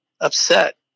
upset